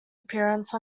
appearance